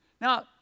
Now